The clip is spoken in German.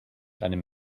einem